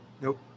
Nope